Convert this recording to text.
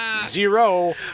Zero